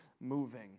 moving